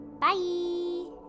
Bye